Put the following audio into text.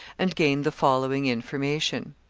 and gained the following information.